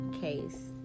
case